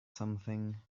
something